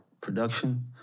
production